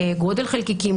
גודל החלקיקים,